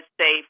safe